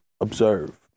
observe